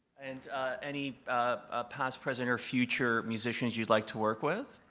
and any past, present or future musicians you'd like to work with?